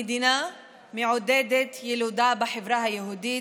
המדינה מעודדת ילודה בחברה היהודית,